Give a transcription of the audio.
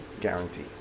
guarantee